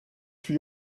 for